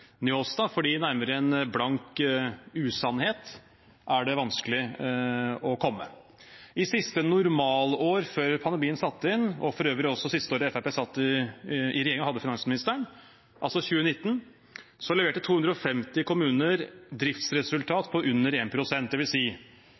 Njåstad, for nærmere en blank usannhet er det vanskelig å komme. I siste normalår, før pandemien satte inn, og for øvrig også det siste året Fremskrittspartiet satt i regjering og hadde finansministeren, altså 2019, leverte 250 kommuner